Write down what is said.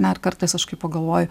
na ir kartais aš kai pagalvoju